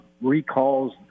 recalls